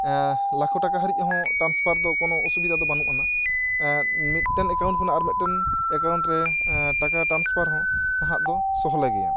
ᱞᱟᱠᱷᱚ ᱴᱟᱠᱟ ᱦᱟᱹᱨᱤᱡ ᱦᱚᱸ ᱴᱨᱟᱱᱥᱯᱷᱟᱨ ᱫᱚ ᱠᱳᱱᱳ ᱚᱥᱩᱵᱤᱫᱟ ᱫᱚ ᱵᱟᱹᱱᱩᱜ ᱟᱱᱟ ᱢᱤᱫᱴᱮᱱ ᱮᱠᱟᱩᱱᱴ ᱠᱷᱚᱱᱟᱜ ᱟᱨ ᱢᱤᱫᱴᱮᱱ ᱮᱠᱟᱩᱱᱴ ᱨᱮ ᱴᱟᱠᱟ ᱴᱨᱟᱱᱥᱯᱷᱟᱨ ᱦᱚᱸ ᱱᱟᱦᱟᱜ ᱫᱚ ᱥᱚᱦᱚᱞᱮ ᱜᱮᱭᱟ